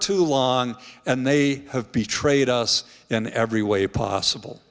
too long and they have betrayed us in every way possible